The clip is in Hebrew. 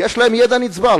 יש להם ידע נצבר,